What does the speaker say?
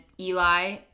Eli